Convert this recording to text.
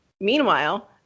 Meanwhile